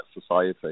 society